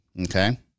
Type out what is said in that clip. okay